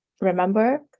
remember